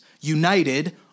united